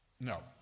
No